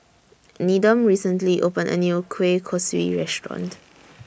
Needham recently opened A New Kueh Kosui Restaurant